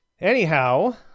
Anyhow